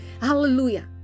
hallelujah